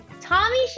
Tommy